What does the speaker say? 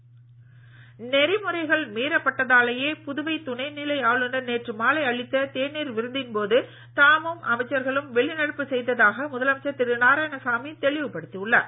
நாராயணசாமி நெறிமுறைகள் மீறப்பட்டதாலேயே புதுவை துணை நிலை ஆளுநர் நேற்று மாலை அளித்த தேநீர் விருந்தின் போது தாமும் அமைச்சர்களும் வெளிநடப்பு செய்ததாக முதலமைச்சர் திரு நாராயணசாமி தெளிவுபடுத்தி உள்ளார்